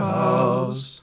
house